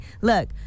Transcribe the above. look